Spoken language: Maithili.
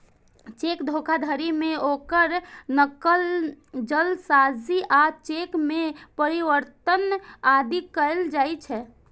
चेक धोखाधड़ी मे ओकर नकल, जालसाजी आ चेक मे परिवर्तन आदि कैल जाइ छै